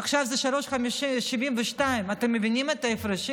עכשיו זה 3.72. אתם מבינים את ההפרשים?